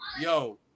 yo